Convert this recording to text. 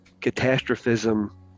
catastrophism